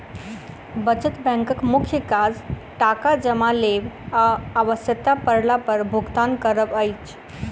बचत बैंकक मुख्य काज टाका जमा लेब आ आवश्यता पड़ला पर भुगतान करब अछि